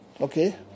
Okay